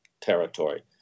territory